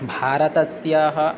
भारतस्य